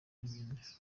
n’ibindi